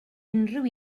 unrhyw